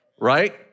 right